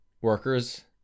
workers